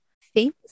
famous